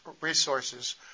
resources